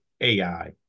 AI